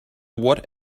what